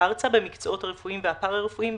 ארצה במקצועות הרפואיים והפרא-רפואיים,